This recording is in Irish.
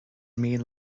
mian